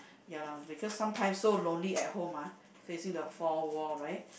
ya lah because sometimes so lonely at home ah facing the four wall right